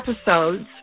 episodes